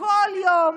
כל יום,